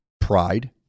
pride